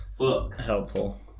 helpful